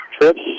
Trips